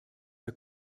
der